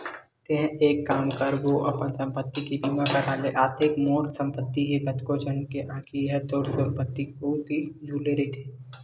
तेंहा एक काम कर गो अपन संपत्ति के बीमा करा ले अतेक तोर संपत्ति हे कतको झन के आंखी ह तोर संपत्ति कोती झुले रहिथे